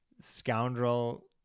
scoundrel